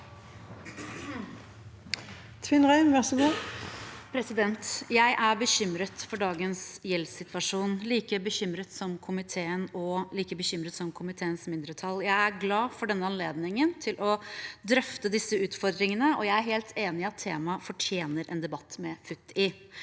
Jeg er bekymret for dagens gjeldssituasjon, like bekymret som komiteen, og like bekymret som komiteens mindretall. Jeg er glad for denne anledningen til å drøfte disse utfordringene, og jeg er helt enig i at temaet fortjener en debatt med futt i.